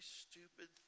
stupid